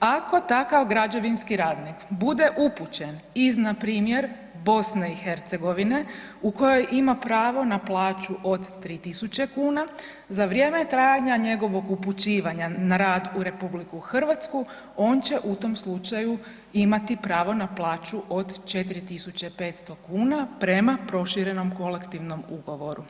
ako takav građevinski radnik bude upućen iz, npr. BiH, u kojoj ima pravo na plaću od 3000 kuna, za vrijeme trajanja njegovog upućivanja na rad u RH, on će u tom slučaju imati pravo na plaću od 4500 kuna prema proširenom Kolektivnom ugovoru.